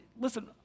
listen